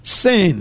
sin